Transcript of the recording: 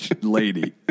lady